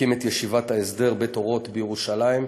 הקים את ישיבת ההסדר "בית אורות" בירושלים,